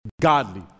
godly